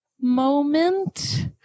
moment